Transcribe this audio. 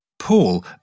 Paul